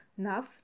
Naf